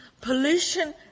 Pollution